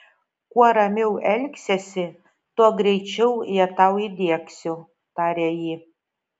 kuo ramiau elgsiesi tuo greičiau ją tau įdiegsiu taria ji